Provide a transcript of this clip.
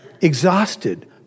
Exhausted